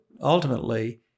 ultimately